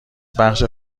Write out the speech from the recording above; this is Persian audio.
بخش